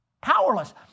Powerless